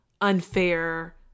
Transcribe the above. unfair